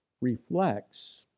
reflects